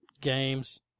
games